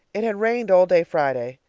it had rained all day friday,